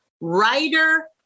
writer